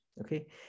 okay